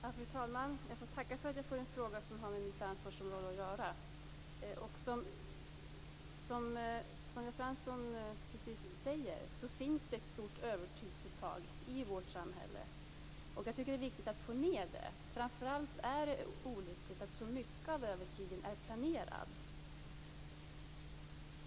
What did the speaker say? Fru talman! Jag får tacka för att jag får en fråga som har med mitt ansvarsområde att göra. Precis som Sonja Fransson säger finns det ett stort övertidsuttag i vårt samhälle. Jag tycker att det är viktigt att man får ned det. Framför allt är det olyckligt att så mycket av övertiden är planerad.